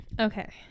Okay